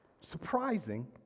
surprising